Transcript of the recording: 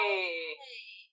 Hey